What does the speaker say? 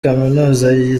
kaminuza